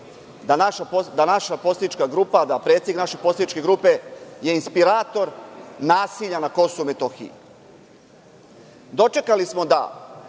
da naša poslanička grupa, predsednik naše poslaničke grupe je inspirator nasilja na Kosovu i Metohiji. Dočekali smo da